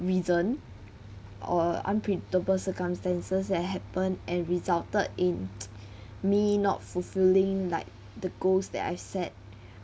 reason or unpredictable circumstances that happen and resulted in me not fulfilling like the goals that I've set